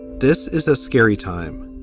this is a scary time.